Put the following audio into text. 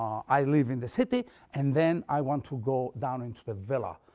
i live in the city and then i want to go down into the villa.